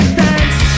thanks